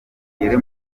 ugere